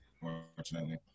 unfortunately